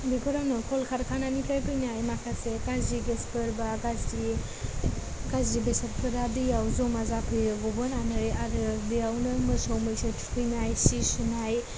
बेफोरावनो कलकारखानानिफ्राय फैनाय माखासे गाज्रि गेसफोर बा गाज्रि गाज्रि बेसादफोरा दैयाव जमा जाफैयो ग'बोनानै आरो बेयावनो मोसौ मैसो थुखैनाय सि सुनाय